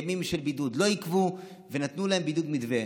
ימים של בידוד לא יגבו, ונתנו להם בדיוק מתווה.